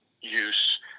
use